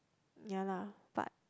ya lah but